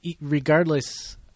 regardless